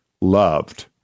loved